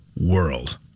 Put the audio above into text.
world